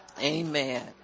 Amen